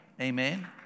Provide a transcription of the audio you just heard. Amen